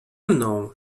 mną